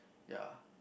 ya